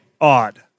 Odd